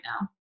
now